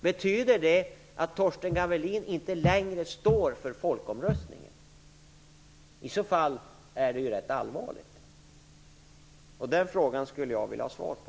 Betyder det att Torsten Gavelin inte längre står för resultatet av folkomröstningen? I så fall är det ju rätt allvarligt. Den frågan skulle jag vilja ha svar på.